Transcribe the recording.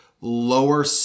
lower